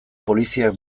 poliziak